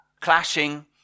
clashing